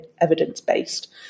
evidence-based